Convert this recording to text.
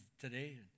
today